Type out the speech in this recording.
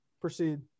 Proceed